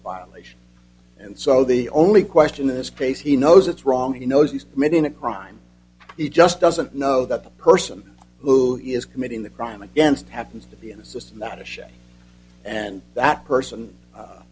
violation and so the only question in this case he knows it's wrong he knows he's committing a crime he just doesn't know that the person who is committing the crime against happens to be in a system that a ship and that person